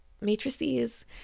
matrices